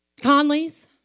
Conley's